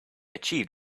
achieved